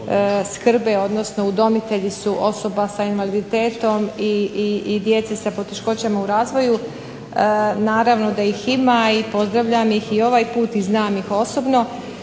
skrbi odnosno udomitelji su osoba s invaliditetom i djece sa poteškoćama u razvoju. Naravno da ih ima i pozdravljam i ovaj put i znam ih osobno.